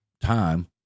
time